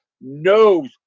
knows